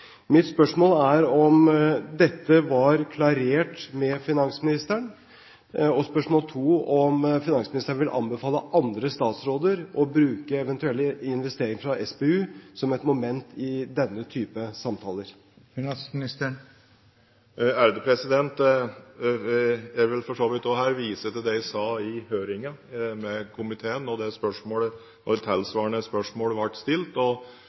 Mitt spørsmål er om dette var klarert med finansministeren. Spørsmål nr. 2 er om finansministeren vil anbefale andre statsråder å bruke eventuelle investeringer fra SPU som et moment i denne type samtaler. Jeg vil for så vidt også her vise til det jeg sa i høringen med komiteen når det og et tilsvarende spørsmål ble stilt, og